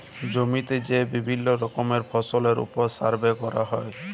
জমিতে যে বিভিল্য রকমের ফসলের ওপর সার্ভে ক্যরা হ্যয়